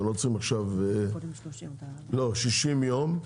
שישים יום,